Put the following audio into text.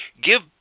give